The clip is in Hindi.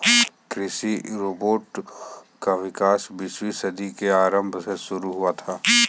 कृषि रोबोट का विकास बीसवीं सदी के आरंभ में शुरू हुआ था